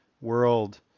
world